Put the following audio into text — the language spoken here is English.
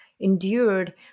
endured